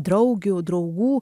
draugių draugų